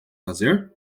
fazer